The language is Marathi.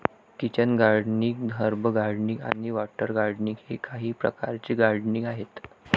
किचन गार्डनिंग, हर्ब गार्डनिंग आणि वॉटर गार्डनिंग हे काही प्रकारचे गार्डनिंग आहेत